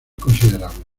considerables